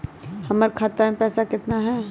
हमर खाता मे पैसा केतना है?